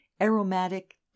aromatic